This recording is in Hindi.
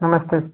नमस्ते